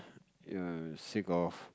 ya sick of